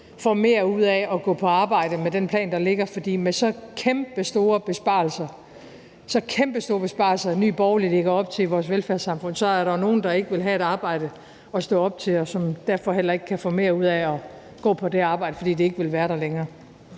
får mere ud af at gå på arbejde med den plan, der ligger. For med så kæmpestore besparelser – så kæmpestore besparelser – som Nye Borgerlige lægger op til i vores velfærdssamfund, så er der jo nogle, der ikke vil have et arbejde at stå op til, og som derfor heller ikke kan få mere ud af at gå på det arbejde, fordi det ikke vil være der længere.